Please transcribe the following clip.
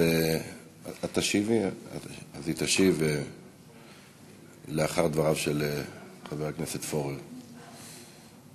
אז היא תשיב לאחר דבריו של חבר הכנסת פורר,